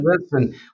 Listen